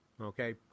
Okay